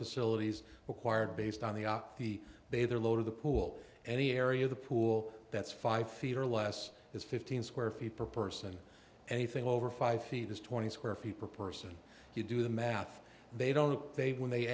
facilities required based on the op the bather load of the pool any area of the pool that's five feet or less is fifteen square feet per person anything over five feet is twenty square feet per person if you do the math they don't they when they